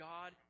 God